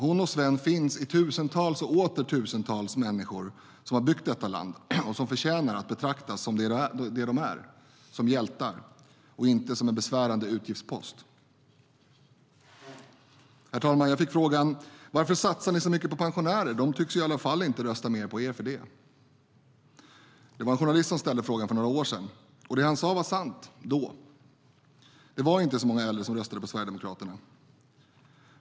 Hon och Sven finns i tusentals och åter tusentals människor som har byggt detta land och som förtjänar att betraktas som det de är, som hjältar och inte som en besvärande utgiftspost. Herr talman! Jag fick frågan: Varför satsar ni så mycket på pensionärer? De tycks ju i alla fall inte rösta mer på er för det. Det var en journalist som ställde frågan för några år sedan, och det han sade var sant då. Det var inte så många äldre som röstade på Sverigedemokraterna.